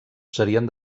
serien